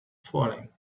falling